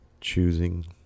choosing